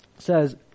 says